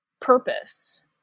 purpose